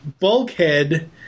Bulkhead